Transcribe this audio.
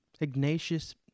Ignatius